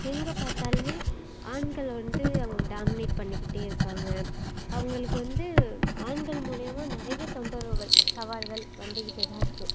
எங்கே பார்த்தாலுமே ஆண்கள் வந்து அவங்கள டாமினேட் பண்ணிக்கிட்டே இருக்காங்க அவங்களுக்கு வந்து ஆண்கள் மூலயமா நிறைய தொந்தரவுகள் சவால்கள் வந்துக்கிட்டேதான் இருக்குது